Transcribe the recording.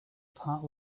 part